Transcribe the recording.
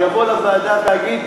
אני אבוא לוועדה ואגיד: